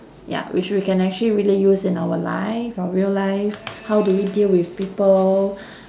ya which we can actually really use in our life our real life how do we deal with people